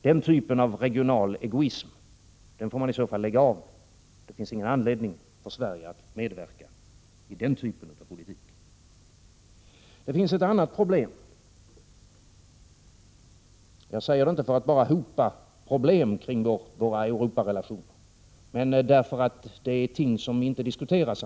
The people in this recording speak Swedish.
Den typen av regional egoism får man i så fall lägga av med. Det finns ingen anledning för Sverige att medverka i den typen av politik. Det finns också ett annat problem. Jag säger inte detta bara för att hopa problem kring våra Europarelationer utan därför att det gäller ting som annars inte diskuteras.